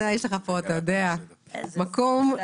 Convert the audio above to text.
יש לך פה מקום כמלך,